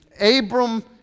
Abram